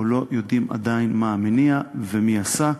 או לא יודעים עדיין, מה המניע ומי עשה,